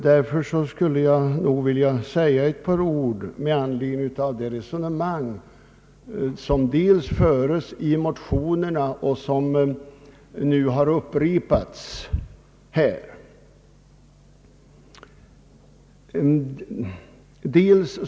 Jag skulle därför vilja säga ett par ord med anledning av det resonemang som dels förs i motionerna och dels har upprepats i debatten här i kammaren.